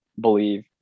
believe